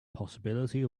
possibility